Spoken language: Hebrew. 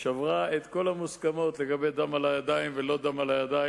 שברה את כל המוסכמות לגבי דם על הידיים ולא דם על הידיים.